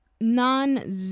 non